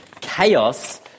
Chaos